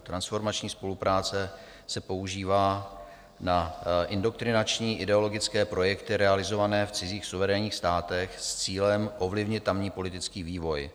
Transformační spolupráce se používá na indoktrinační ideologické projekty realizované v cizích suverénních státech s cílem ovlivnit tamní politický vývoj.